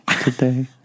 today